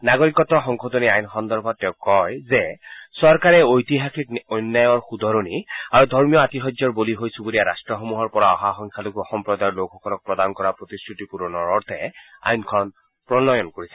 নাগৰিকত্ব সংশোধনী আইন সন্দৰ্ভত তেওঁ কয় যে চৰকাৰে ঐতিহাসিক অন্যায়ৰ শুধৰণি আৰু ধৰ্মীয় আতিশয্যৰ বলি হৈ চুবুৰীয়া ৰাষ্ট্ৰসমূহৰ পৰা অহা সংখ্যালঘু সম্প্ৰদায়ৰ লোকসকলক প্ৰদান কৰা প্ৰতিশ্ৰুতি পূৰণৰ অৰ্থে আইনখন প্ৰণয়ন কৰিছে